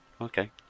Okay